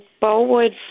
Bowood